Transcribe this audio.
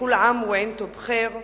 כול עאם ואנתום בח'יר.